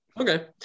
Okay